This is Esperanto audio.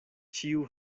ĉiu